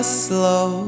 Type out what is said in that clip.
slow